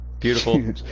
Beautiful